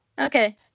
Okay